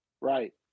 Right